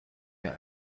mir